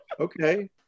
Okay